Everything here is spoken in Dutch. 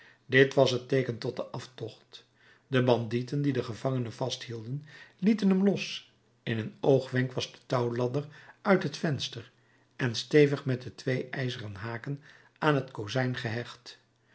dit was het teeken tot den aftocht de bandieten die den gevangene vast hielden lieten hem los in een oogwenk was de touwladder uit het venster en stevig met de twee ijzeren haken aan t kozijn gehecht